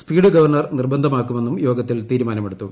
speed governor നിർബന്ധമാക്കുമെന്നും യോഗത്തിൽ തീരുമൂാനമെടുത്തു